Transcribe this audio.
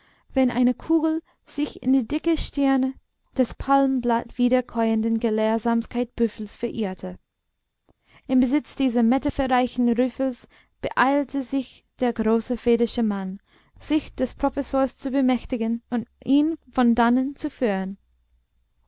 wenn eine kugel sich in die dicke stirn des palmblattwiederkäuenden gelehrsamkeits büffels verirrte im besitz dieses metapherreichen rüffels beeilte sich der große vedische mann sich des professors zu bemächtigen und ihn von dannen zu führen